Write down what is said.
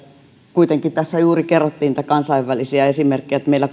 kuitenkin tässä juuri kerrottiin näitä kansainvälisiä esimerkkejä että meillä